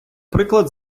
приклад